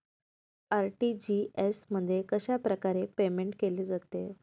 RTGS मध्ये कशाप्रकारे payment केले जाते?